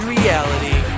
Reality